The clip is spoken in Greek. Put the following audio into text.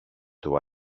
του